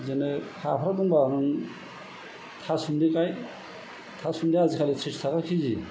बिदिनो हाफोर दंब्ला नों थासिमलि गाय थासिमलिया आजिखालि त्रिस थाखा केजि